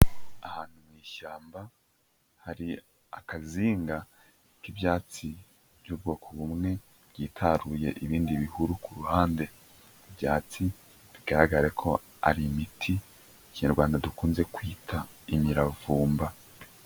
Ahantu mu ishyamba hari akazinga k'ibyatsi by'ubwoko bumwe byitaruye ibindi bihuru ku ruhande, ibyatsi bigaragare ko ari imiti mu Kinyarwanda dukunze kwita, imiravumba.